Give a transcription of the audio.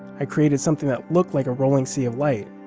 i created something that looked like a rolling sea of light,